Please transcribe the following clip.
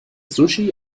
sushi